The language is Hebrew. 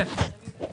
כישלון שלכם.